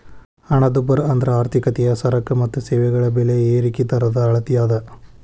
ಹಣದುಬ್ಬರ ಅಂದ್ರ ಆರ್ಥಿಕತೆಯ ಸರಕ ಮತ್ತ ಸೇವೆಗಳ ಬೆಲೆ ಏರಿಕಿ ದರದ ಅಳತಿ ಅದ